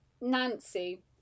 Nancy